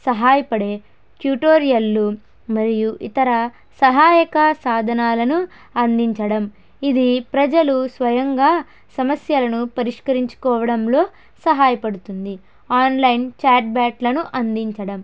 సహాయపడే ట్యుటోరియల్లు మరియు ఇతర సహాయక సాధనాలను అందించడం ఇది ప్రజలు స్వయంగా సమస్యలను పరిష్కరించుకోవడంలో సహాయపడుతుంది ఆన్లైన్ చాట్బాట్లను అందించడం